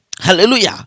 Hallelujah